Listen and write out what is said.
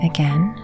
Again